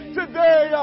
today